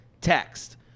text